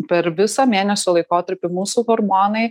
per visą mėnesio laikotarpį mūsų hormonai